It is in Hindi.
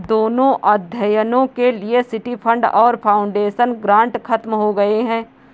दोनों अध्ययनों के लिए सिटी फंड और फाउंडेशन ग्रांट खत्म हो गए हैं